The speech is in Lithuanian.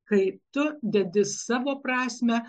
kai tu dedi savo prasmę